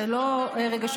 זה לא רגשות.